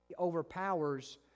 overpowers